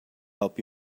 help